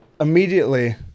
immediately